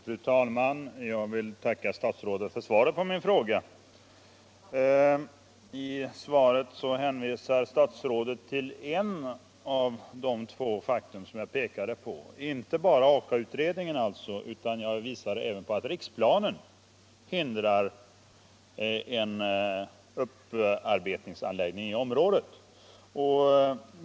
Fru talman! Jag vill tacka statsrådet för svaret på min fråga. I svaret hänvisar statsrådet till ett av de två fakta jag pekade på. Jag pekade inte bara på Aka-utredningen, utan också på att riksplanen hindrar en upparbetningsanläggning i området.